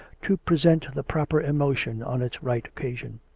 to present the proper emotion on its right occasion.